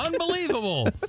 Unbelievable